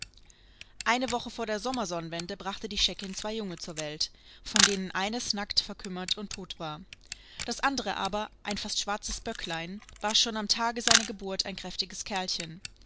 eine woche vor der sommersonnenwende brachte die scheckin zwei junge zur welt von denen eines nackt verkümmert und tot war das andere aber ein fast schwarzes böcklein war schon am tage seiner geburt ein kräftiges kerlchen